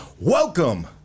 Welcome